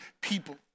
people